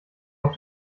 auf